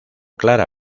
clara